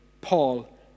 Paul